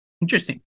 Interesting